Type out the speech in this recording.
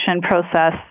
process